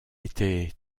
était